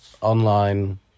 online